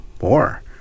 more